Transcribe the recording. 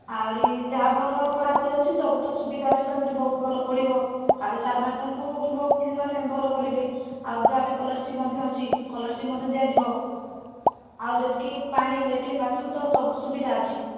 ଆହୁରି ଯାହା ଭଲ ପଢ଼ାପଢ଼ି ଅଛି ସବୁ ତ ସୁବିଧା ଅଛି ତମେ ଯଦି ବହୁତ ଭଲ ପଢ଼ିବ ତା'ହେଲେ ସାର୍ ମାନେ ତାଙ୍କୁ ବହୁତ ମାନେ ଭଲ କରିବେ ଆଉ ଯାହା ବି ସ୍କଲାରସିପ୍ ମଧ୍ୟ ଅଛି ସ୍କଲାରସିପ୍ ମଧ୍ୟ ଦିଆଯିବ ଆଉ ଯେତିକି ପାଣି ଲାଟ୍ରିନ୍ ବାଥରୁମ୍ ତ ସବୁ ସୁବିଧା ଅଛି